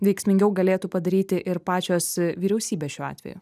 veiksmingiau galėtų padaryti ir pačios vyriausybės šiuo atveju